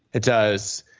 it does.